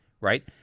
right